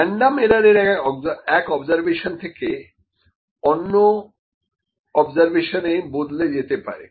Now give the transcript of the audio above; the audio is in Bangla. রেনডম এরার এক অবজারভেশন থেকে অন্য অবজারভেশনে বদলে যেতে পারে